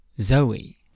Zoe